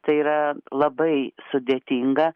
tai yra labai sudėtinga